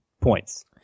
points